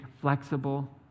flexible